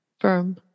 firm